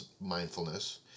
mindfulness